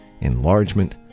enlargement